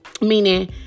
Meaning